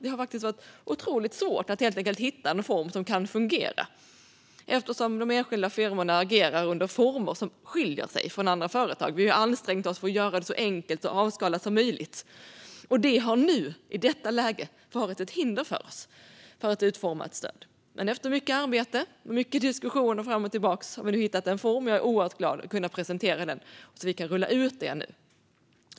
Det har varit otroligt svårt att hitta en form som kan fungera, eftersom de olika firmorna agerar under former som skiljer sig från andra företag. Vi har ansträngt oss för att göra det så enkelt och avskalat som möjligt, och det har nu i detta läge varit ett hinder för oss i arbetet med att utforma ett stöd. Men efter mycket arbete och många diskussioner fram och tillbaka har vi nu hittat en form, och jag är oerhört glad över att kunna presentera den så att vi kan rulla ut den nu.